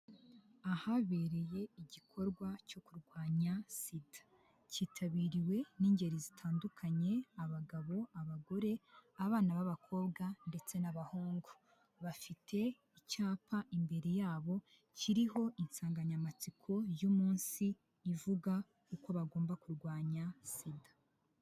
Ahabereye igikorwa cyo kurwanya SIDA, kitabiriwe n'ingeri zitandukanye: abagabo, abagore, abana b'abakobwa ndetse n'abahungu, bafite icyapa imbere yabo kiriho insanganyamatsiko y'umunsi ivuga uko bagomba kurwanya sida.